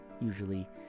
usually